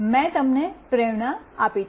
મેં તમને પ્રેરણા આપી છે